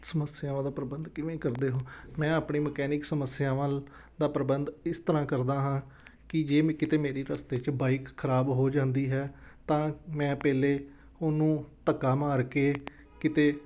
ਸਮੱਸਿਆਵਾਂ ਦਾ ਪ੍ਰਬੰਧ ਕਿਵੇਂ ਕਰਦੇ ਹੋ ਮੈਂ ਆਪਣੀ ਮਕੈਨਿਕ ਸਮੱਸਿਆਵਾਂ ਦਾ ਪ੍ਰਬੰਧ ਇਸ ਤਰ੍ਹਾਂ ਕਰਦਾ ਹਾਂ ਕਿ ਜੇ ਮੈਂ ਕਿਤੇ ਮੇਰੀ ਰਸਤੇ 'ਚ ਬਾਈਕ ਖ਼ਰਾਬ ਹੋ ਜਾਂਦੀ ਹੈ ਤਾਂ ਮੈਂ ਪਹਿਲੇ ਉਹਨੂੰ ਧੱਕਾ ਮਾਰ ਕੇ ਕਿਤੇ